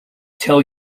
tell